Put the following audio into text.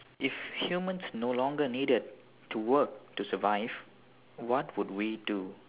if humans no longer needed to work to survive what would we do